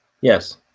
Yes